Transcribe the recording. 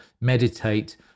meditate